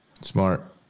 Smart